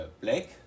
black